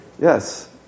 Yes